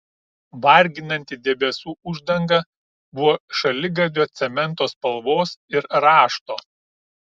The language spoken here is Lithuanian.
varginanti debesų uždanga buvo šaligatvio cemento spalvos ir rašto